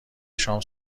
شام